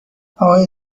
اقای